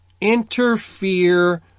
interfere